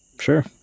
sure